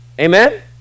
Amen